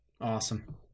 Awesome